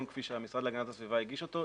כפי שהמשרד להגנת הסביבה הגיש אותו,